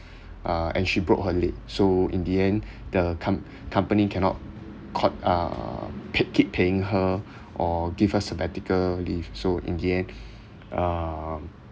uh and she broke her leg so in the end the com~ company cannot cont~ uh pay~ keep paying her or give her sabbatical leave so in the end um